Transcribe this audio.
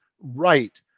right